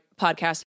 podcast